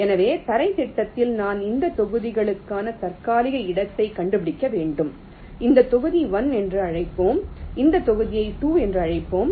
எனவே தரைத் திட்டத்தில் நான் இந்த தொகுதிகளுக்கான தற்காலிக இடத்தைக் கண்டுபிடிக்க வேண்டும் இந்தத் தொகுதி 1 என்று அழைப்போம் இந்தத் தொகுதியை 2 என்று அழைப்போம்